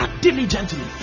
diligently